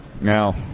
Now